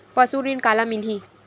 पशु ऋण काला मिलही?